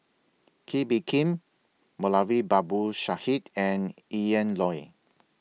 Kee Bee Khim Moulavi Babu Sahib and Ian Loy